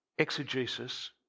exegesis